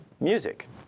music